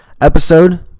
episode